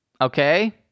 Okay